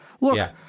Look